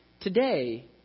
today